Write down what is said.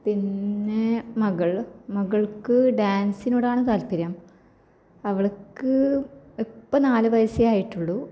പിന്നെ മകൾ മകള്ക്ക് ഡാന്സിനോടാണ് താത്പര്യം അവൾക്ക് ഇപ്പം നാല് വയസ്സേയായിട്ടുള്ളൂ